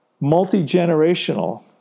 multi-generational